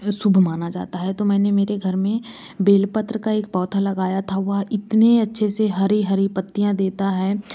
शुभ माना जाता है तो मैंने मेरे घर में बेलपत्र का एक पौधा लगाया था वह इतने अच्छे से हरी हरी पत्तियाँ देता है